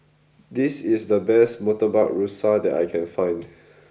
this is the best Murtabak Rusa that I can find